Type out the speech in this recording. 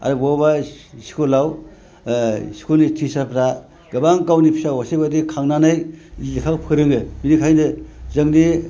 आरो बबेबा स्कुलाव स्कुलनि टिचारफ्रा गोबां गावनि फिसा असे बादि खांनानै लेखा फोरोङो बेनिखायनो जोंनि